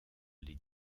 les